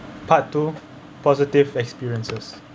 part two positive experiences